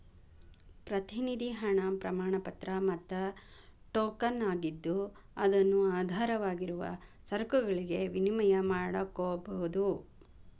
ಪ್ರತಿನಿಧಿ ಹಣ ಪ್ರಮಾಣಪತ್ರ ಮತ್ತ ಟೋಕನ್ ಆಗಿದ್ದು ಅದನ್ನು ಆಧಾರವಾಗಿರುವ ಸರಕುಗಳಿಗೆ ವಿನಿಮಯ ಮಾಡಕೋಬೋದು